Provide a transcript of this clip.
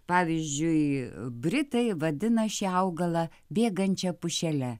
pavyzdžiui britai vadina šį augalą bėgančia pušele